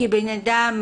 כבן אדם,